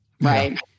right